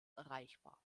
erreichbar